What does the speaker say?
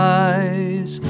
eyes